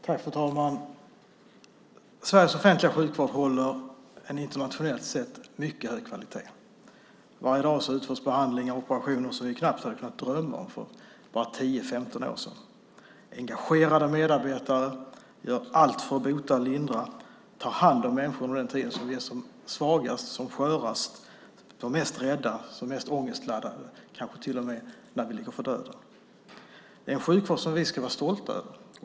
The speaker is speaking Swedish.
Fru ålderspresident! Sveriges offentliga sjukvård håller en internationellt sett mycket hög kvalitet. Varje dag utförs behandlingar och operationer som vi för bara 10-15 år sedan knappt hade kunna drömma om. Engagerade medarbetare gör allt för att bota och lindra och för att ta hand om oss människor under den tid då vi är som svagast, som skörast, som räddast och som mest ångestladdade - ja, kanske till och med när vi ligger för döden. Det är en sjukvård som vi ska vara stolta över.